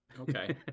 Okay